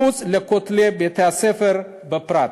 מחוץ לכותלי בתי-הספר בפרט.